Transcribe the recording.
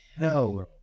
No